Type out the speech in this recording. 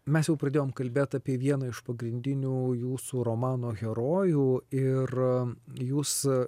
mes jau pradėjom kalbėt apie vieną iš pagrindinių jūsų romano herojų ir jūs